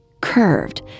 curved